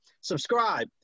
subscribe